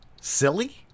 silly